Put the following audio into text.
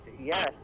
yes